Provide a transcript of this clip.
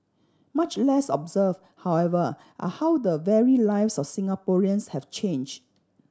much less observed however are how the very lives of Singaporeans have changed